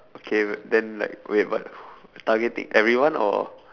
okay wait then like wait what targeting everyone or